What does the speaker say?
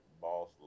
boss